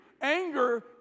Anger